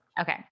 Okay